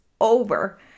over